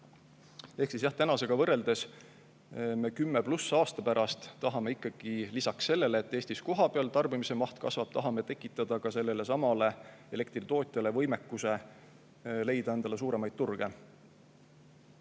Ehk tänasega võrreldes me 10+ aasta pärast tahame ikkagi lisaks sellele, et Eestis kohapeal tarbimise maht kasvab, tekitada ka sellelesamale elektri tootjale võimekuse leida endale suuremaid turge.